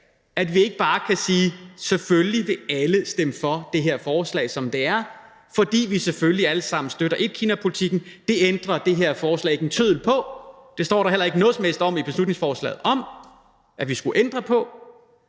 at vi ikke bare kan sige, at selvfølgelig vil alle stemme for det her forslag, som det er. Selvfølgelig støtter vi alle sammen etkinapolitikken. Det ændrer det her forslag ikke en tøddel på, og det står der heller ikke noget som helst om i beslutningsforslaget at vi skulle ændre på,